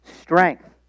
strength